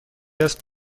است